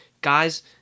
Guys